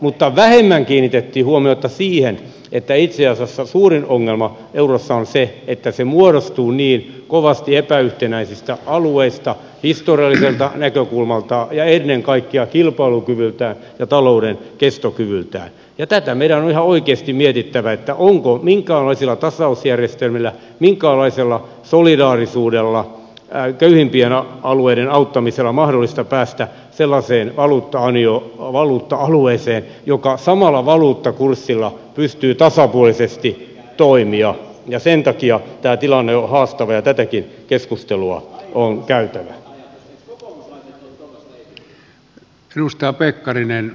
mutta vähemmän kiinnitettiin huomiota siihen että itse asiassa suurin ongelma eurossa on se että se muodostuu niin kovasti epäyhtenäisistä alueista historialliselta näkökulmaltaan ja ennen kaikkea kilpailukyvyltään ja talouden kestokyvyltään ja tätä meidän on ihan oikeasti mietittävä että onko minkäänlaisilla tasausjärjestelmillä minkäänlaisella solidaarisuudella köyhimpien alueiden auttamisella mahdollista päästä sellaiseen valuutta alueeseen joka samalla valuuttakurssilla pystyy tasapuolisesti toimimaan ja sen takia tämä tilanne on haastava ja tätäkin keskustelua on käytävä